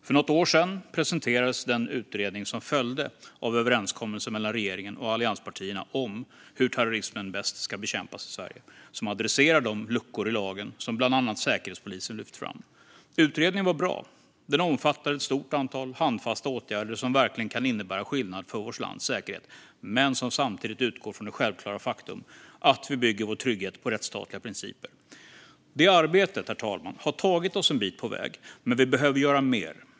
För något år sedan presenterades den utredning som följde av överenskommelsen mellan regeringen och allianspartierna om hur terrorismen bäst ska bekämpas i Sverige och som adresserar de luckor i lagen som bland annat Säkerhetspolisen lyft fram. Utredningen var bra. Den omfattar ett stort antal handfasta åtgärder som verkligen kan innebära skillnad för vårt lands säkerhet men som samtidigt utgår från det självklara faktumet att vi bygger vår trygghet på rättsstatliga principer. Det arbetet, herr talman, har tagit oss en bit på väg, men vi behöver göra mer.